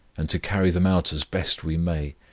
and to carry them out as best we may,